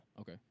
Okay